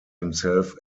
himself